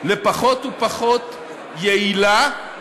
לפחות ופחות יעילה,